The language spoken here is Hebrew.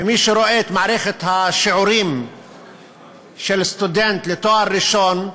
ומי שרואה את מערכת השיעורים של סטודנט לתואר ראשון,